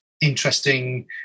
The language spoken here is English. interesting